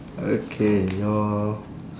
okay your